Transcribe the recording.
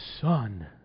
Son